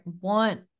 want